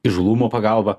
įžūlumo pagalba